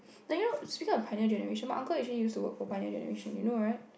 like you know speaking of pioneer-generation my uncle actually used to work for pioneer-generation you know right